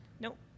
Nope